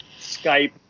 Skype